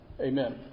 Amen